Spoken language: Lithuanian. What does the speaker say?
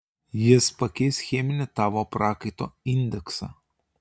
jis pakeis cheminį tavo prakaito indeksą